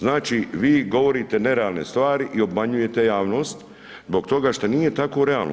Znači vi govorite nerealne stvari i obmanjujete javnost, zbog toga što nije tako realno.